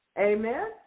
Amen